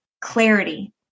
clarity